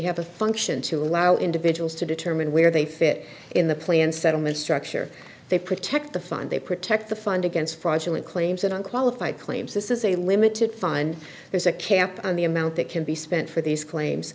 have a function to allow individuals to determine where they fit in the plan settlement structure they protect the fund they protect the fund against fraudulent claims and on qualified claims this is a limited fine there's a cap on the amount that can be spent for these claims